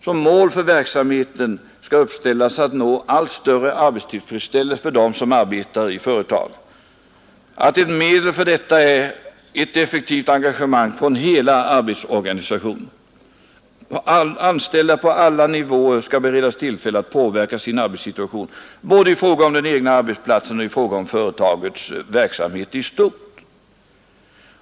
Som mål för verksamheten skall uppställas att nå allt större arbetstillfredsställelse för dem som arbetar i företaget och att ett medel för detta är ett effektivt engagemang från hela arbetsorganisationen. De anställda på alla nivåer skall beredas tillfälle att påverka sin arbetssituation både när det gäller den egna arbetsplatsen och i fråga om företagets verksamhet i stort.